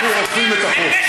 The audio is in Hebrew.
אנחנו אוכפים את החוק.